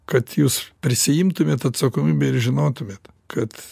kad jūs prisiimtumėt atsakomybę ir žinotumėt kad